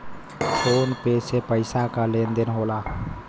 phone पे से पइसा क लेन देन होला